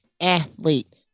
athlete